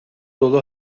dolu